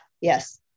Yes